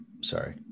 Sorry